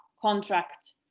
contract